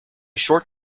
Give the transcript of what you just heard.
short